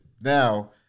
now